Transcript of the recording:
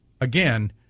again